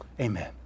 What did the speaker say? Amen